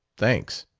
thanks.